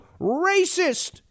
racist